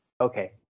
okay